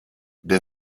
der